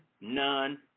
none